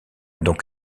donc